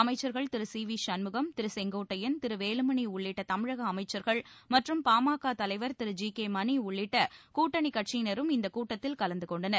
அமைச்சர்கள் திரு செங்கோட்டையன் திரு திரு வேலுமணி உள்ளிட்ட தமிழக அமைச்சர்கள் மற்றும் பாமக தலைவர் திரு ஜி கே மணி உள்ளிட்ட கூட்டணி கட்சியினரும் இந்தக் கூட்டத்தில் கலந்து கொண்டனர்